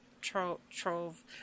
trove